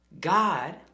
God